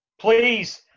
Please